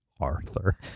Arthur